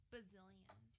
Bazillion